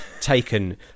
taken